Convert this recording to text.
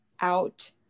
out